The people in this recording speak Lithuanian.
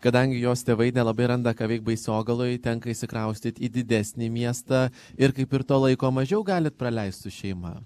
kadangi jos tėvai nelabai randa ką veikt baisogaloje tenka išsikraustyt į didesnį miestą ir kaip ir to laiko mažiau galit praleist su šeima